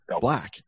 Black